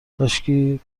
کاشکی